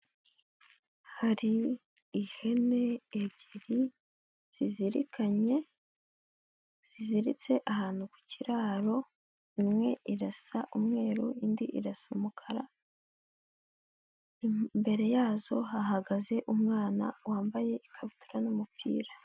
Hari ihene ebyiri zizirikanye, ziziritse ahantu ku kiraro, imwe irasa umweru indi irasa umukara. Imbere yazo hahagaze umwana wambaye ikabutura n'umupira.